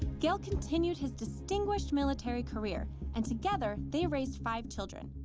gail continued his distinguished military career and together they raised five children.